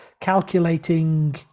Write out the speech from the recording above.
calculating